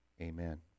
Amen